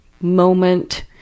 moment